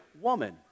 woman